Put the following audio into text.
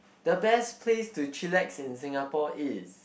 the best place to chillax in Singapore is